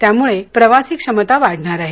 यामुळे प्रवासी क्षमता वाढणार आहे